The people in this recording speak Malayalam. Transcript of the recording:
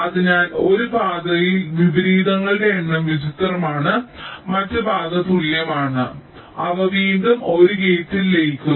അതിനാൽ ഒരു പാതയിൽ വിപരീതങ്ങളുടെ എണ്ണം വിചിത്രമാണ് മറ്റ് പാത തുല്യമാണ് അവ വീണ്ടും ഒരു ഗേറ്റിൽ ലയിക്കുന്നു